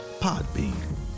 Podbean